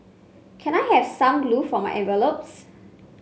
can I have some glue for my envelopes